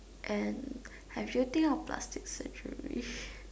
and have you think of plastic surgery